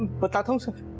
but kind of